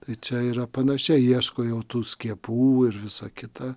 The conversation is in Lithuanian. tai čia yra panašiai ieško jau tų skiepų ir visa kita